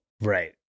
Right